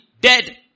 dead